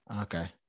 okay